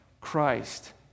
Christ